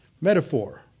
Metaphor